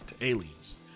aliens